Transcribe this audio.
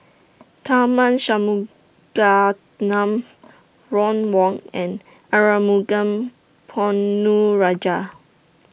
Tharman Shanmugaratnam Ron Wong and Arumugam Ponnu Rajah